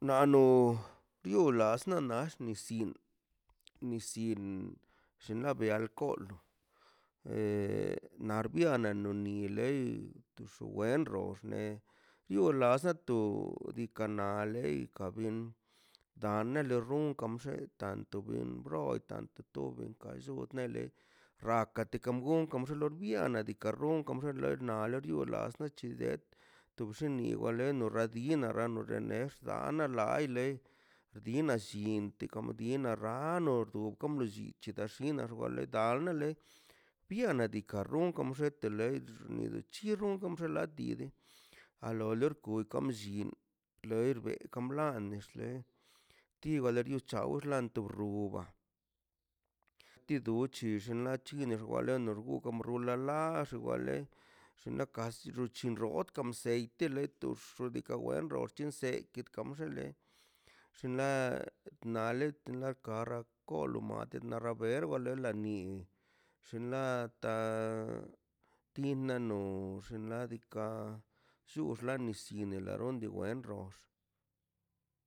Na no wall nia wall no nis yin ka de alcohol e nad biana no ni le tuxi wenlo oxne yo lase to diikaꞌ na lei nika bien da ne le runkan lle tanto bi nimbro he tanto tube ka no blle rate ka gunkan ka lox biana diikaꞌ runkan ka ler biana ka bi dulas na kachurbia tub rinnaꞌ eno rrabio na elo rene ex dan nolada aile dina lliiten kab dina rano tu kano bllichina dina xkwano dan a lei biana diikaꞌ runkan xete lei nida churtion ladiri a lo re rgunkan bllin leer bekan bla nexle tir walo chawwan guntu rruba ditu duchin xinlachi towa ne urgugan rulala xiwale xinla kas ruchn rodka kamseite le tux ka wenro chesenle kam xele xinla nale kara kol lo mate kara ber wa la leini xin lata tina no xinladika llurxla nis yin lalun di wen roz